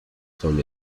son